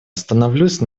остановлюсь